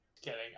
Kidding